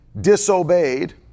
disobeyed